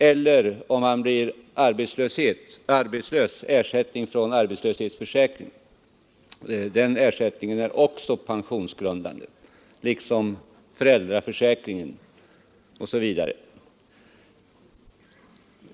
Det gäller ersättning från arbetslöshetsförsäkring, föräldraförsäkring osv.